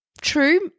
true